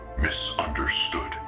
misunderstood